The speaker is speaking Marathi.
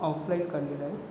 ऑफलाईन काढलेलं आहे